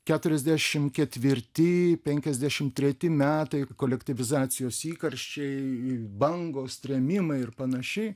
keturiasdešimt ketvirti penkiasdešimt treti metai kolektyvizacijos įkarščiai bangos trėmimai ir panašiai